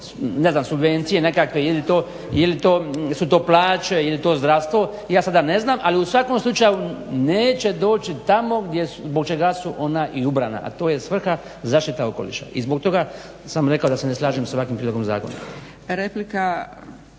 ne znam subvencije nekakve, je li to su plaće, je li to zdravstvo, ja sada ne znam ali u svakom slučaju neće doći tamo gdje zbog čega su ona ubrana a to je svrha zaštita okoliša i zbog toga sam rekao da se ne slažem sa ovakvim prijedlogom Zakona.